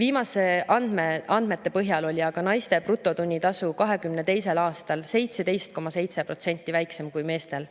Viimaste andmete põhjal oli aga naiste brutotunnitasu 2022. aastal 17,7% väiksem kui meestel.